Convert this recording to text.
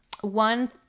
One